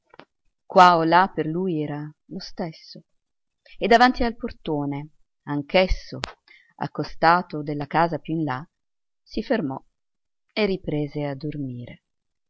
qua o là per lui era lo stesso e davanti al portone anch'esso accostato della casa più in là si fermò e riprese a dormire